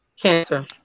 Cancer